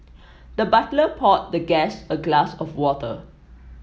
the butler poured the guest a glass of water